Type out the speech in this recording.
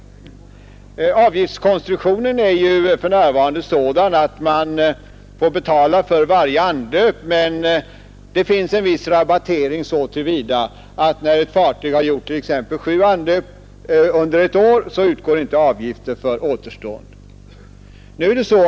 Avgiftskonstruktionen är ju för närvarande sådan att man får betala för varje anlöp men med en viss rabattering så till vida att när ett fartyg har gjort t.ex. sju anlöp under ett år, utgår inte avgift för vad som kommer därutöver.